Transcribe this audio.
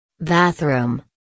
Bathroom